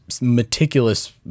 meticulous